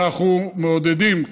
אנחנו מעודדים,